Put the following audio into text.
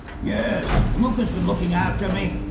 yes, louka's been looking after me.